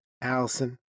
Allison